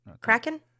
Kraken